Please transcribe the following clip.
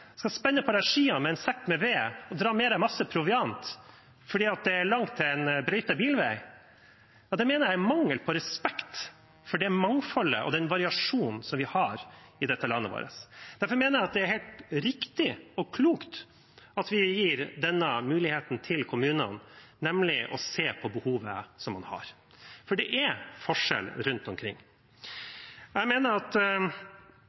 skal spenne på oss skiene, ta med en sekk med ved og dra med oss masse proviant, fordi det er langt til en brøytet bilvei – det mener jeg er mangel på respekt for det mangfoldet og den variasjonen vi har i dette landet vårt. Derfor mener jeg det er helt riktig, og klokt, at vi gir denne muligheten til kommunene, nemlig å se på det behovet man har. For det er forskjell rundt omkring. Jeg mener at